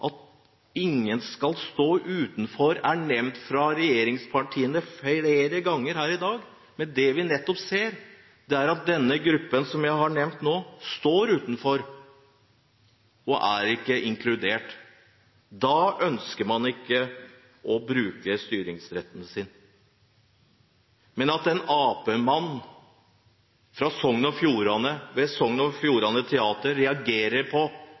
At ingen skal stå utenfor, er nevnt av regjeringspartiene flere ganger her i dag. Men det vi ser, er at den gruppen som jeg nevnte nå, står utenfor – er ikke inkludert. Da ønsker man ikke å bruke styringsretten sin. At en arbeiderpartimann ved Sogn og Fjordane